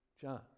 John